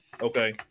Okay